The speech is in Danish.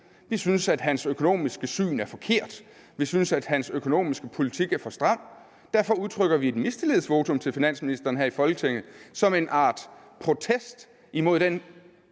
vi synes, at hans økonomisk syn er forkert; vi synes, at hans økonomiske politik er for stram, og derfor udtrykker vi et mistillidsvotum til finansministeren her i Folketinget som en art protest imod den